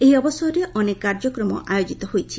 ଏହି ଅବସରରେ ଅନେକ କାର୍ଯ୍ୟକ୍ରମ ଆୟୋଜିତ ହୋଇଛି